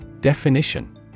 Definition